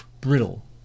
brittle